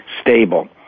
Stable